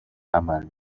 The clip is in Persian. عمل